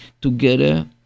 together